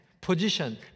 position